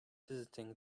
visiting